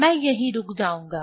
मैं यहीं रुक जाऊंगा